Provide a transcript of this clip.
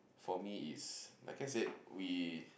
for me is like I said we